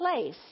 place